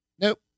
Nope